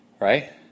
right